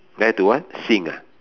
time to what sing ah